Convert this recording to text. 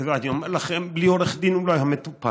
ואני אומר לכם, בלי עורך דין הוא לא היה מטופל.